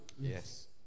Yes